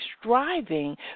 striving